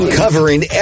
covering